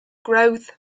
growth